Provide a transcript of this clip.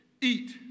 eat